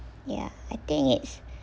yeah I think it's